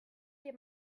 dir